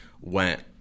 went